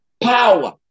power